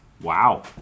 Wow